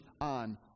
on